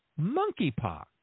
monkeypox